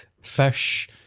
fish